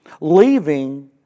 Leaving